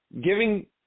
giving